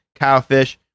cowfish